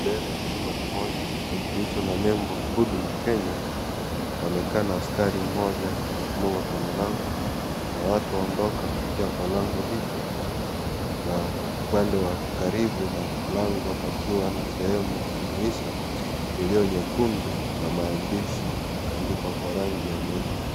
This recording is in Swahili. Mbele ya chumba kimoja kilicho na nembo ya huduma Kenya inaonekana. Askari mmoja amesimama kwenye lango na watu waondoka kupitia kwa lango hicho na upande wa karibu na mlango pakiwa na sehemu ya dirisha iliyo nyekundu na maandishi yakaandikwa kwa rangi ya nyeupe.